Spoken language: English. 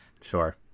sure